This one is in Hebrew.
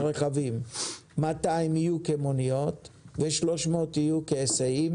או שתעשו את זה כך שנוכל כולנו להתפרנס והפנסיה שלנו לא תיפגע.